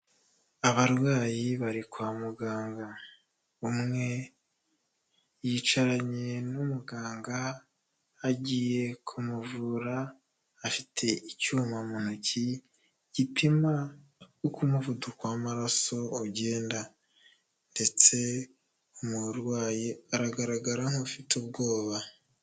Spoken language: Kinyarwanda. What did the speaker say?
Abarwayi bari kwa muganga, umwe yicaranye n'umuganga, agiye kumuvura afite icyuma mu ntoki, gipima uko umuvuduko w'amaraso ugenda ndetse umurwayi aragaragara nk'ufite ubwoba.